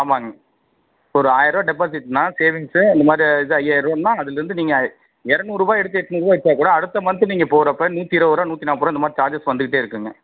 ஆமாங்க ஒரு ஆயர ருூபா டெப்பாசிட்னால் சேவிங்ஸு இந்த மாதிரி இது ஐயாயிர ரூபானா அதுலிருந்து நீ இரநூறுவா எடுத்து எட்நூறுபா எடுத்தால் கூட அடுத்த மந்த்து நீங்கள் போடுறப்போ நூற்றி இருபது ரூபா நூற்றி நாற்பது ரூபா இந்த மாதிரி சார்ஜஸ் வந்துக்கிட்டே இருக்குங்க